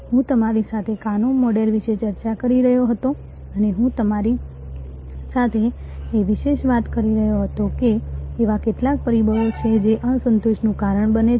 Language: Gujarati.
હું તમારી સાથે કાનો મોડલ વિશે ચર્ચા કરી રહ્યો હતો અને હું તમારી સાથે એ વિશે વાત કરી રહ્યો હતો કે એવા કેટલાક પરિબળો છે જે અસંતોષનું કારણ બને છે